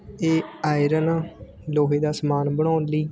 ਇਹ ਆਇਰਨ ਲੋਹੇ ਦਾ ਸਮਾਨ ਬਣਾਉਣ ਲਈ